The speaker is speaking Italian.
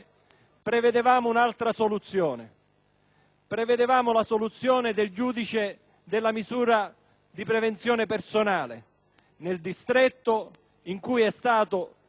prevedevamo un'altra soluzione, quella del giudice della misura di prevenzione personale nel distretto in cui è stato giudicato il *boss* mafioso,